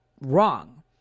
wrong